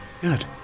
Good